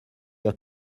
your